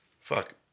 Fuck